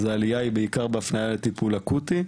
העלייה היא בעיקר בהפניה לטיפול אקוטי.